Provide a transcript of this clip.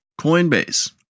Coinbase